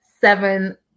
Seven